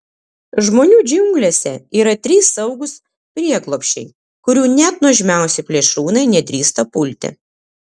žmonių džiunglėse yra trys saugūs prieglobsčiai kurių net nuožmiausi plėšrūnai nedrįsta pulti